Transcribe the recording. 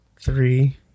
Three